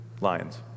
lions